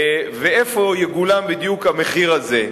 ואיפה יגולם בדיוק המחיר הזה?